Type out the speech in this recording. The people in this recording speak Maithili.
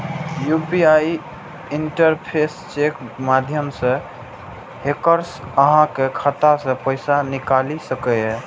यू.पी.आई इंटरफेस के माध्यम सं हैकर्स अहांक खाता सं पैसा निकालि सकैए